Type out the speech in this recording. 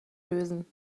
lösen